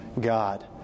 God